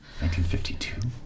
1952